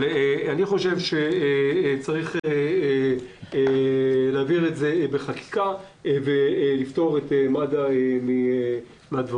אני חושב שצריך להעביר את זה בחקיקה ולפטור את מד"א ממכרזים.